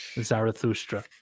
Zarathustra